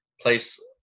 place